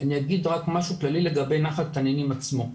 אני אגיד רק משהו כללי לגבי נחל תנינים עצמו: